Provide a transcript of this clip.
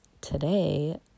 today